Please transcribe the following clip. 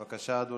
בבקשה, אדוני.